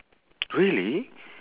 really